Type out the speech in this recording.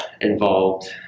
involved